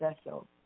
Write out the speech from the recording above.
special